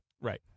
Right